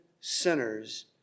sinners